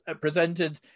presented